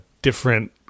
different